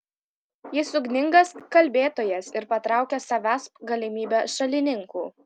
jis ugningas kalbėtojas ir patraukia savęsp galybę šalininkų